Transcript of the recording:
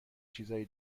چیزای